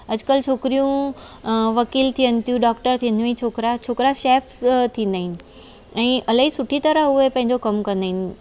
अॼकल छोकिरियूं अ वकील थियनि थियूं डॉक्टर थियनि ऐं छोकिरा छोकिरा शैफ़्स थींदा आहिनि ऐं इलाही सुठी तरह उहे पंहिंजो कम कंदा आहिनि